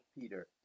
Peter